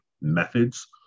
methods